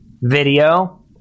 video